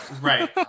right